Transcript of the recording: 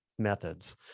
methods